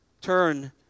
Turn